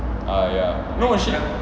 ah ya no she